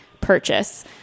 purchase